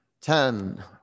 ten